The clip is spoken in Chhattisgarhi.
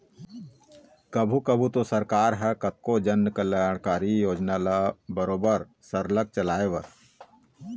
कभू कभू तो सरकार ह कतको जनकल्यानकारी योजना ल बरोबर सरलग चलाए बर